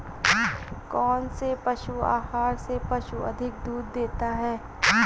कौनसे पशु आहार से पशु अधिक दूध देते हैं?